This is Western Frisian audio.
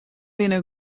binne